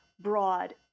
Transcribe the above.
broad